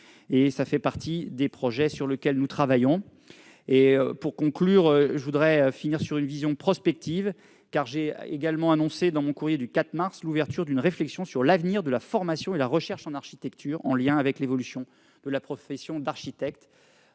Cela fait partie des projets sur lesquels nous travaillons. Je voudrais conclure sur une vision prospective, car j'ai également annoncé dans mon courrier du 4 mars l'ouverture d'une réflexion sur l'avenir de la formation et de la recherche en architecture, en lien avec l'évolution de la profession d'architecte.